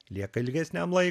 lieka ilgesniam laikui